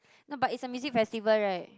not but it's a music festival right